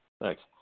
Thanks